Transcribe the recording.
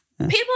People